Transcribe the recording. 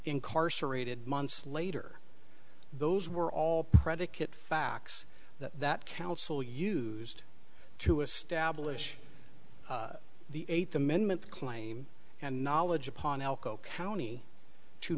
incarcerated months later those were all predicate facts that that council used to establish the eighth amendment claim and knowledge upon elko county to